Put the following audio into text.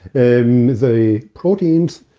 and the proteins,